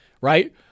right